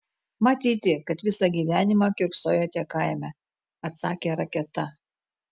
matyti kad visą gyvenimą kiurksojote kaime atsakė raketa